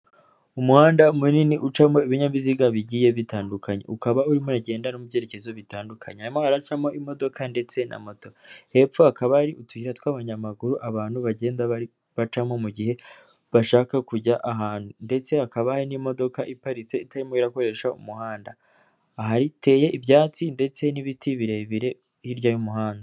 Umuhanda munini ucamo ibinyabiziga bigiye bitandukanye, ukaba urimo uragenda no mu byerekezo bitandukanye. Harimo haracamo imodoka ndetse na moto, hepfo hakaba hari utuyira tw'abanyamaguru, abantu bagenda bacamo mu gihe bashaka kujya ahantu ndetse hakaba hari n'imodoka iparitse itarimo irakoresha umuhanda. Hateye ibyatsi ndetse n'ibiti birebire hirya y'umuhanda.